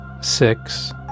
six